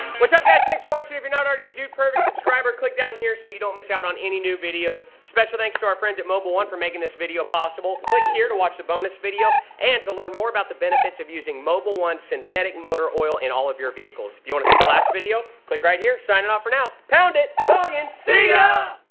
what's up, guys? thanks for watching. you're not are a dude perfect subscriber, click down here so you don't miss out on any new videos. special thanks to our friends at mobil one, for making this video possible. click here to watch the bonus video and to learn more about the benefits of using mobil one synthetic motor oil in all of your vehicles. if you want to see the last video, click right here. signing off for now. pound it. noggin. see ya!